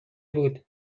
بود